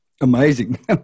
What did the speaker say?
Amazing